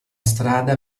strada